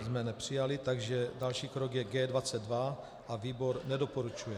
G3 jsme nepřijali, takže další krok je G22 a výbor nedoporučuje.